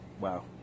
Wow